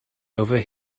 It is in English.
over